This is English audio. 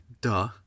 Duh